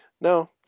no